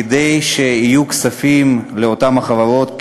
כדי שיהיו כספים לאותן חברות,